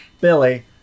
Billy